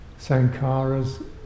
sankharas